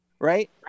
right